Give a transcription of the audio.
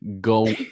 go